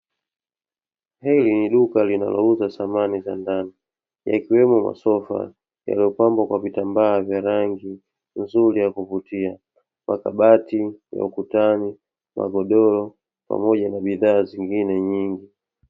Hili ni duka linalo uza samani za ndani, yakiwemo masofa yaliyopambwa kwa vitambaa vya rangi nzuri ya kuvutia, makabati ya ukutani, magodoro pamoja na bidhaa nyingine nyingi.